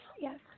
Yes